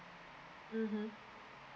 mmhmm